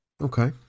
Okay